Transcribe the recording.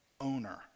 owner